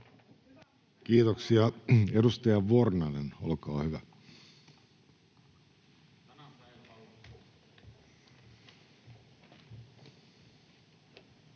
Kiitoksia. — Edustaja Vornanen, olkaa hyvä.